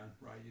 right